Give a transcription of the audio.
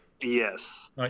Yes